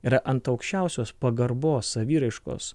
yra ant aukščiausios pagarbos saviraiškos